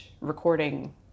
recording